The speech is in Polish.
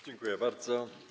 Dziękuję bardzo.